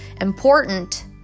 important